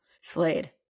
Slade